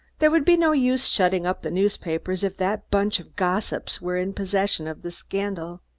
there would be no use shutting up the newspapers if that bunch of gossips were in possession of the scandal.